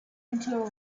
into